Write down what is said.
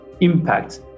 impact